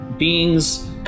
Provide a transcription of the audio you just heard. Beings